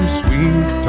sweet